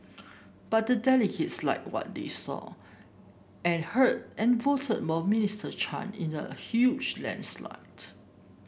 but the delegates liked what they saw and heard and voted more Minister Chan in a huge landslide